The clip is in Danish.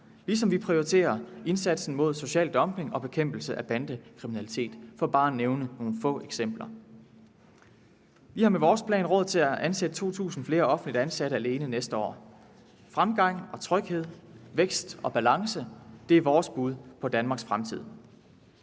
ligesom vi prioriterer indsatsen mod social dumping og bekæmpelse af bandekriminalitet for bare at nævne nogle få eksempler. Vi har med vores plan råd til at ansætte 2.000 flere offentligt ansatte alene næste år. Fremgang, tryghed, vækst og balance er vores bud på Danmarks fremtid.